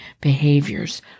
behaviors